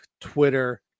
Twitter